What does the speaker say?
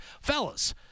fellas